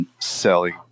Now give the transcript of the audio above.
selling